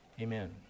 Amen